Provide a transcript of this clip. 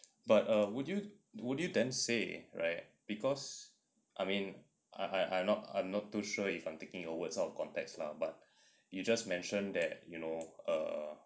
but uh would you would you then right because I mean I I I'm not I'm not too sure if I'm taking your words out of context lah but you just mention that you know err